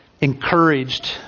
encouraged